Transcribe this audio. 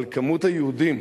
על כמות היהודים